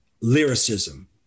lyricism